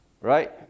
Right